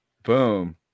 Boom